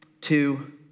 Two